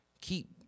keep